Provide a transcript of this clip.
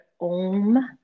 om